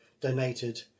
donated